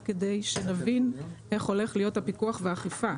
כדי שנבין איך הולכים להיות הפיקוח והאכיפה.